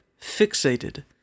fixated